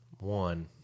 One